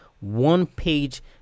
one-page